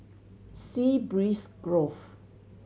Sea Breeze Grove